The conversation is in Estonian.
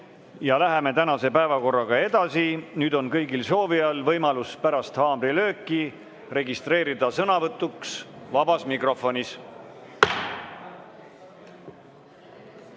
Läheme tänase päevakorraga edasi. Nüüd on kõigil soovijail võimalus pärast haamrilööki registreeruda sõnavõtuks vabas mikrofonis.